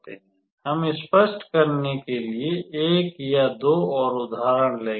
हम स्पष्ट करने के लिए एक या दो और उदाहरण लेंगे